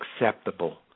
acceptable